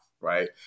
Right